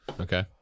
Okay